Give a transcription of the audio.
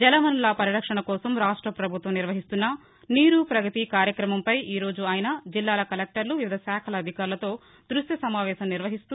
జలవనరుల పరిరక్షణకోసం రాష్ట్ర ప్రభుత్వం నిర్వహిస్తున్న నీరు పగతి కార్యక్రమంపై ఈరోజు ఆయన జిల్లాల కలెక్టర్లు వివిధ శాఖల అధికారులతో దృశ్య సమావేశం నిర్వహిస్తూ